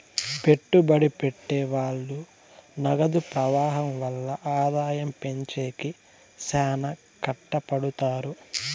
పెట్టుబడి పెట్టె వాళ్ళు నగదు ప్రవాహం వల్ల ఆదాయం పెంచేకి శ్యానా కట్టపడుతారు